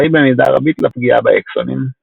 אחראי במידה רבה לפגיעה באקסונים.